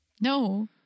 No